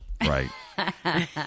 Right